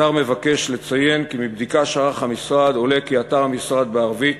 השר מבקש לציין כי מבדיקה שערך המשרד עולה כי אתר המשרד בערבית